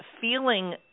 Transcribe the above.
feeling